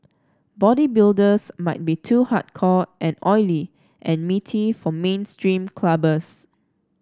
bodybuilders might be too hardcore and oily and meaty for mainstream clubbers